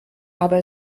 aber